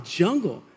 jungle